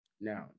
Now